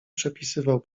przepisywał